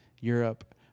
europe